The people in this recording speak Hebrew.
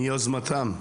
מיוזמתם.